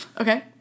Okay